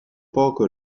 poco